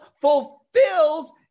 fulfills